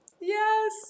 Yes